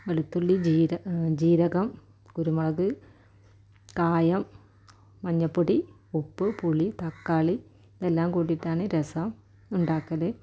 വെളുത്തുള്ളി ജീരകം കുരുമുളക് കായം മഞ്ഞൾപ്പൊടി ഉപ്പ് പുളി തക്കാളി ഇതെല്ലാം കൂട്ടിയിട്ടാണ് രസം ഉണ്ടാക്കൽ